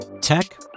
Tech